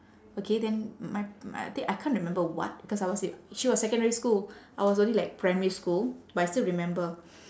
okay then my my I think I can't remember what because I was in she was secondary school I was only like primary school but I still remember